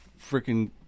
freaking